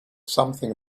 something